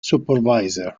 supervisor